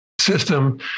system